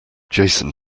jason